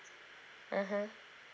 mmhmm